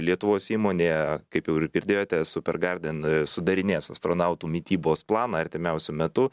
lietuvos įmonėje kaip jau ir girdėjote super garden sudarinės astronautų mitybos planą artimiausiu metu